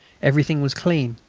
everything was clean,